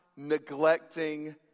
neglecting